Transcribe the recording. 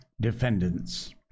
defendants